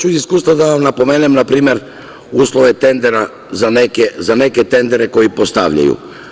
Iz iskustva ću vam da vam napomenem, na primer, uslove tendera za neke tendere koje postavljaju.